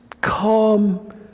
calm